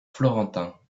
florentins